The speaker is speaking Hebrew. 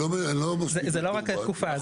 זה לא רק התקופה,